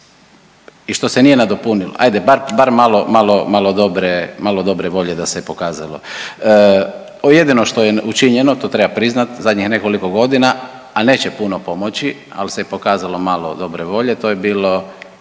i što se nije nadopunilo. Hajde bar malo, malo dobre volje da se pokazalo. Jedino što je učinjeno to treba priznati zadnjih nekoliko godina, ali neće puno pomoći, ali se pokazalo malo dobre volje to je bilo